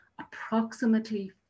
approximately